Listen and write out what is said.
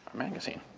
magazine.